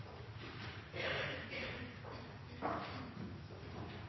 er